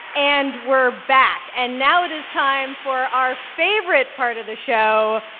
and we're back. and now it is time for our favorite part of the show,